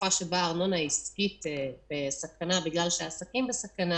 בתקופה שהארנונה העסקית בסכנה בגלל שהעסקים בסכנה.